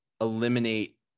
eliminate